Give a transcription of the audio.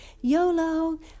YOLO